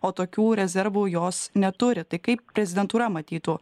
o tokių rezervų jos neturi tai kaip prezidentūra matytų